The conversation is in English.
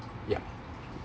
ya